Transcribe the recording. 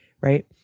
Right